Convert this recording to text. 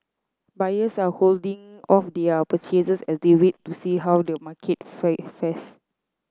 buyers are holding off their purchases as they wait to see how the market fares